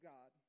God